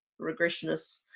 regressionists